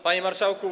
Panie Marszałku!